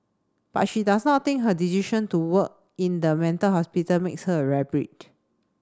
but she does not think her decision to work in the mental hospital makes her a rare breed